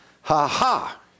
Ha-ha